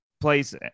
place